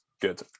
Good